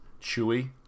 Chewy